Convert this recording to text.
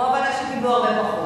רוב האנשים מקבלים פחות.